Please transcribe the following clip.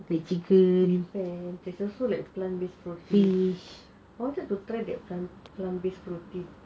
there's also like plant based protein I wanted to try that plant based protein